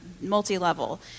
multi-level